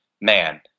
man